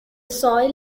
soil